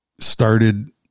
Started